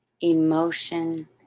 emotion